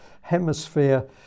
hemisphere